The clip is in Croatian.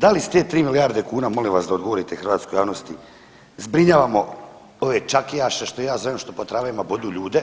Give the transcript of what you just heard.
Da li s te 3 milijarde kuna molim vas da odgovorite hrvatskoj javnosti zbrinjavamo ove čakijaše što ja zovem što po tramvajima bodu ljude